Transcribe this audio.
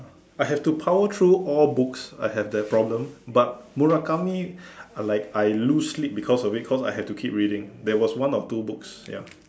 I have to power through all books I have that problem but Murakami I like I lose sleep because of it cause I have to keep reading there was one or two books ya